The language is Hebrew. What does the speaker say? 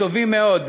טובים מאוד,